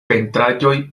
pentraĵoj